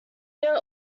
there